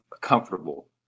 comfortable